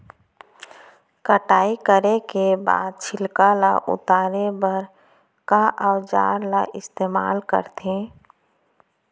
कटाई करे के बाद छिलका ल उतारे बर का औजार ल इस्तेमाल करथे?